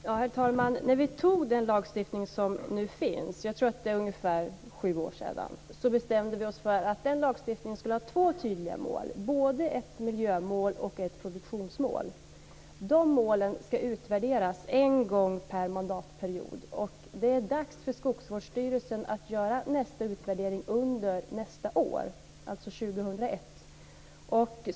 Herr talman! När vi fattade beslut om den nuvarande lagstiftningen - jag tror att det är ungefär sju år sedan - bestämde vi oss för att den skulle ha två tydliga mål, både ett miljömål och ett produktionsmål. Dessa mål ska utvärderas en gång per mandatperiod. Det är dags för Skogsvårdsstyrelsen att göra nästa utvärdering under nästa år, alltså 2001.